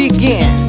Begin